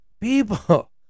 People